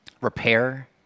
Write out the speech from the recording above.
repair